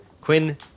Quinn